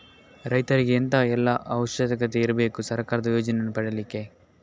ರೈತರಿಗೆ ಎಂತ ಎಲ್ಲಾ ಅವಶ್ಯಕತೆ ಇರ್ಬೇಕು ಸರ್ಕಾರದ ಯೋಜನೆಯನ್ನು ಪಡೆಲಿಕ್ಕೆ?